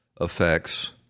effects